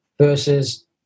versus